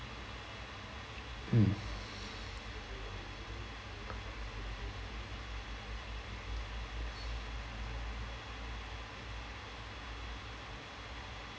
mm